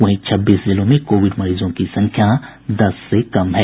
वहीं छब्बीस जिलों में कोविड मरीजों की संख्या दस से कम है